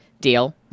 deal